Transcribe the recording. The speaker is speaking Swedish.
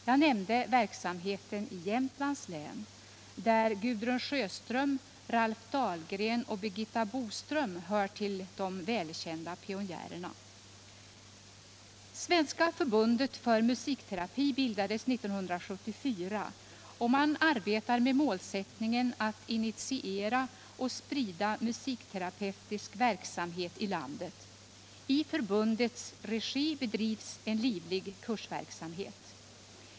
Jag nämnde verksamheten i Jämtlands län, där Gudrun Sjöström, Ralph Dahlgren och Birgitta Boström hör till de välkända pionjärerna. Svenska förbundet för musikterapi bildades 1974, och man arbetar med målsättningen att initiera och sprida musikterapeutisk verksamhet i landet. I förbundets regi bedrivs en livlig kursverksamhet.